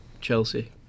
Chelsea